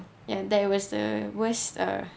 and that was the worst uh